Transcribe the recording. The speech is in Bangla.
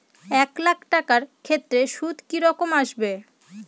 এক লাখ টাকার ক্ষেত্রে সুদ কি রকম আসবে?